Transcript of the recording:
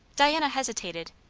diana hesitated.